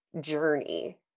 journey